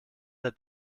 der